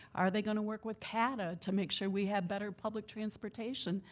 are they gonna work with cata to make sure we have better public transportation,